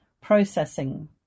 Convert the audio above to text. processing